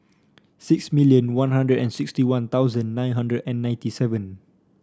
six million One Hundred and sixty One Thousand nine hundred and ninety seven